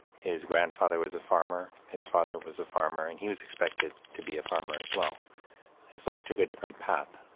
his grandfather was a farmer, his father was a farmer, and he was expected to be a farmer as well his life took a different path.